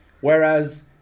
Whereas